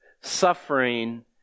suffering